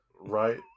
right